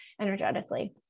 energetically